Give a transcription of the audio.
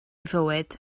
fywyd